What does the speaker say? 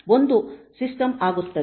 ಒಂದು ಸಿಸ್ಟಮ್ ಆಗುತ್ತದೆ